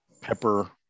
pepper